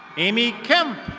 amy kemp.